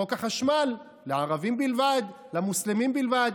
חוק החשמל, לערבים בלבד, למוסלמים בלבד.